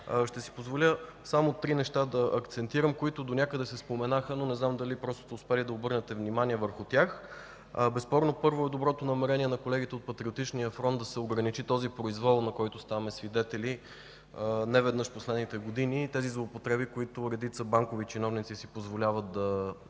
Ще си позволя да акцентирам само на три неща, които донякъде се споменаха, но не знам дали сте успели да обърнете внимание на тях. Безспорно, първо е доброто намерение на колегите от Патриотичния фронт да се ограничи произволът, на който станахме свидетели неведнъж в последните години и тези злоупотреби, които редица банкови чиновници си позволяват да